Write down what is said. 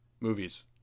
Movies